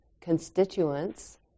constituents